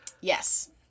Yes